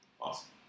Awesome